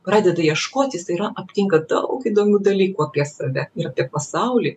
pradeda ieškot jis yra aptinka daug įdomių dalykų apie save ir apie pasaulį